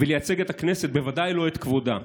ולייצג את הכנסת, בוודאי לא את כבודה.